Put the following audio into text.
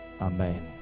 amen